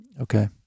Okay